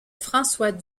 françois